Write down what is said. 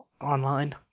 online